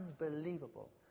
unbelievable